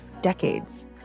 decades